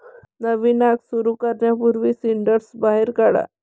नवीन आग सुरू करण्यापूर्वी सिंडर्स बाहेर काढा